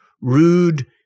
rude